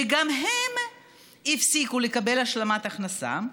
וגם הם הפסיקו לקבל השלמת הכנסה.